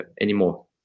anymore